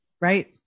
Right